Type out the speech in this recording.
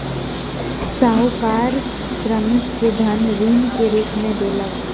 साहूकार श्रमिक के धन ऋण के रूप में देलक